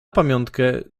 pamiątkę